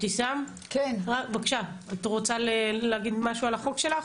את רוצה להגיד משהו על החוק שלך?